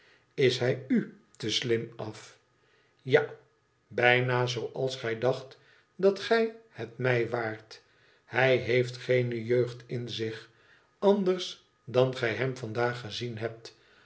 is hij u te slim af ja bijna zooals gij dacht dat gij het mij waart hij heeft geene jeugd in zich anders dan gij hem vandaag gezien hebt